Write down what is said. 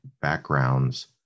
backgrounds